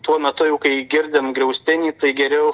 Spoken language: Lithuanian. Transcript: tuo metu jau kai girdim griaustinį tai geriau